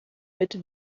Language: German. mit